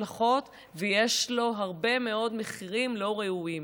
ויש לו הרבה מאוד מחירים לא ראויים.